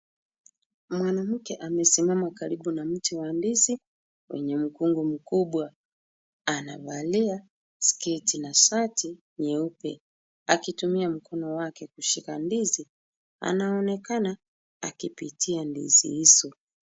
Mwanamke amesimama karibu na mti wa ndizi wenye mkungu mkubwa. Anavalia sketi na shati nyeupe, akitumia mkono wake kushika ndizi anaonekana akipitia ndizi hizo.